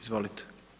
Izvolite.